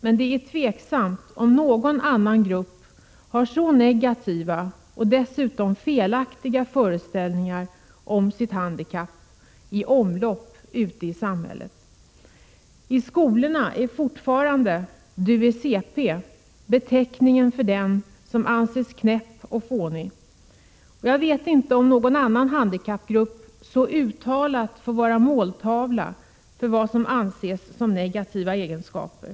Men det är tveksamt om någon annan grupp har så negativa och dessutom felaktiga föreställningar om sitt handikapp i omlopp ute i samhället som just de CP-skadade. I skolorna är fortfarande ”du är CP” beteckningen för den som anses ”knäpp” och ”fånig”. Jag vet inte om någon annan handikappgrupp så Prot. 1986/87:18 uttalat får vara måltavla för vad som anses negativa egenskaper.